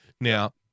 Now-